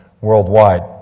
worldwide